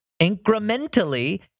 incrementally